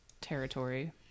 territory